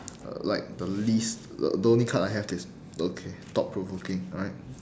uh like the least the the only card that I have that's okay thought provoking alright